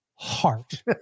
heart